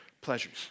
pleasures